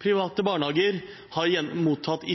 Private barnehager har mottatt